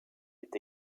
est